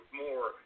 more